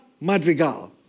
Madrigal